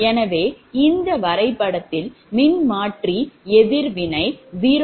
எனவே இந்த வரைபடத்தில் மின்மாற்றி எதிர்வினை 0